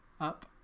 Up